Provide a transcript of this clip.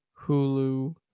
Hulu